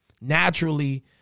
Naturally